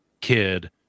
kid